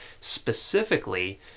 specifically